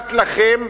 פרט לכם,